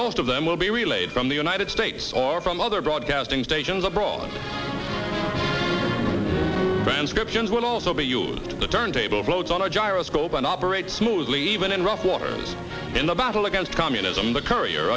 most of them will be relayed from the united states or from other broadcasting stations abroad transcriptions would also be used the turntable float on a gyroscope and operate smoothly even in rough water in the battle against communism the courier